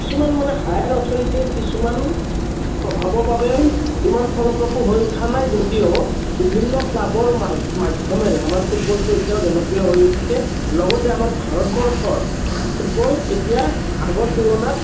কিছুমান মানে হায়াৰ অথৰিটিৰ কিছুমান প্ৰভাৱৰ বাবে ইমান ফলপ্ৰভু হৈ উঠা নাই যদিও বিভিন্ন ক্লাবৰ মাধ্য মাধ্যমেৰে আমাৰ ফুটবলতো এতিয়া জনপ্ৰিয় হৈ উঠিছে লগতে আমাৰ ভাৰতবৰ্ষৰ ফুটবল এতিয়া আগৰ তুলনাত